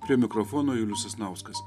prie mikrofono julius sasnauskas